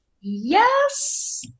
Yes